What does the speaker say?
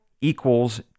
equals